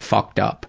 fucked up,